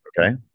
Okay